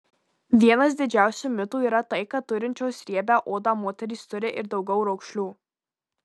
vienas didžiausių mitų yra tai kad turinčios riebią odą moterys turi ir daugiau raukšlių